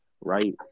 right